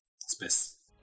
space